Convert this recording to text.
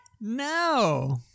No